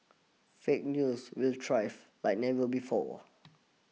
fake news will thrive like never before